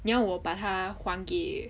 你要我把它还给